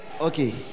Okay